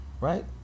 right